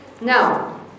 Now